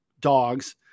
dogs